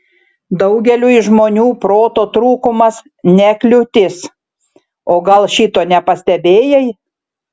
daugeliui žmonių proto trūkumas ne kliūtis o gal šito nepastebėjai